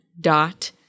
dot